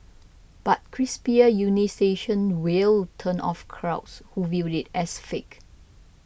but crisper enunciation will turn off local crowds who view it as fake